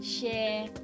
share